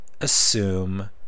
assume